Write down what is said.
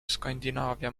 skandinaavia